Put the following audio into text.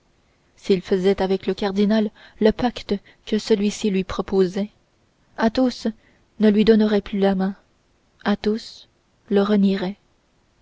s'il faisait avec le cardinal le pacte que celui-ci lui proposait athos ne lui donnerait plus la main athos le